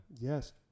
Yes